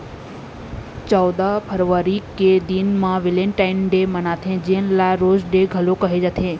चउदा फरवरी के दिन म वेलेंटाइन डे मनाथे जेन ल रोज डे घलोक कहे जाथे